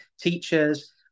teachers